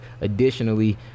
Additionally